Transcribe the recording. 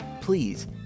please